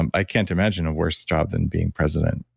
and i can't imagine a worse job than being president.